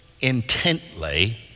intently